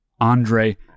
andre